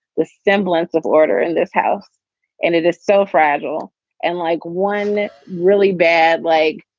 the semblance of order in this house and it is so fragile and like one really bad leg.